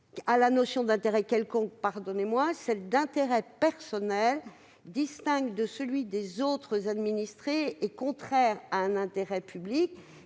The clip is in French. à la notion d'« intérêt quelconque » celle d'« intérêt personnel distinct de celui des autres administrés et contraire à un intérêt public